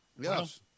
Yes